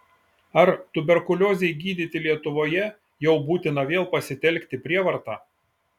ar tuberkuliozei gydyti lietuvoje jau būtina vėl pasitelkti prievartą